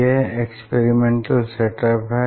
यह experimental setup है